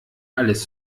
alles